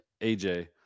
AJ